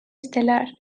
estel·lar